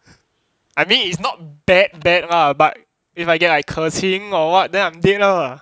I mean it's not bad bad lah but if I get like keqing or what then I'm dead liao ah